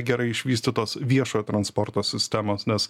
gerai išvystytos viešojo transporto sistemos nes